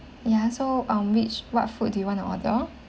ya so um which what food do you want to order